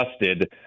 adjusted